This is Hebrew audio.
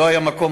לא היה מקום,